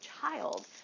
child